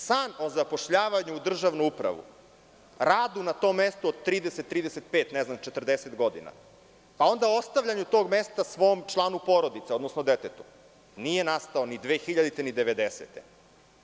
San o zapošljavanju u državnu upravu, radu na tom mestu od 30, 35, 40 godina, pa onda ostavljanju tog mesta svom članu porodice, odnosno detetu, nije nastao ni 2000. ni 1990. godine.